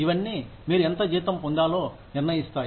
ఇవన్నీ మీరు ఎంత జీతం పొందాలో నిర్ణయిస్తాయి